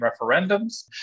referendums